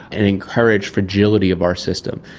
and encourage fragility of our system.